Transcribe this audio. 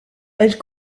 elle